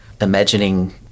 imagining